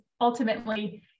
ultimately